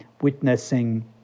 witnessing